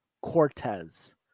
Cortez